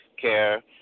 care